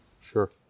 Sure